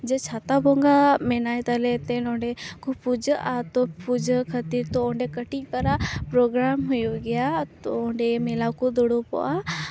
ᱡᱮ ᱪᱷᱟᱛᱟ ᱵᱚᱸᱜᱟ ᱢᱮᱱᱟᱭ ᱛᱟᱞᱮᱛᱮ ᱱᱚᱸᱰᱮ ᱠᱚ ᱯᱩᱡᱟᱹᱜᱼᱟ ᱛᱳ ᱯᱩᱡᱟᱹ ᱠᱷᱟᱹᱛᱤᱨ ᱛᱳ ᱚᱰᱮ ᱠᱟᱹᱴᱤᱪ ᱯᱟᱨᱟ ᱯᱨᱳᱜᱨᱟᱢ ᱦᱩᱭᱩᱜ ᱜᱮᱭᱟ ᱛᱳ ᱚᱰᱮᱸ ᱢᱮᱞᱟ ᱠᱚ ᱫᱩᱲᱩᱵᱚᱜᱼᱟ